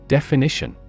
Definition